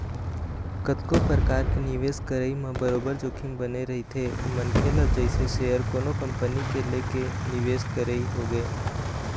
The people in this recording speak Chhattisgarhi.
कतको परकार के निवेश करई म बरोबर जोखिम बने रहिथे मनखे ल जइसे सेयर कोनो कंपनी के लेके निवेश करई होगे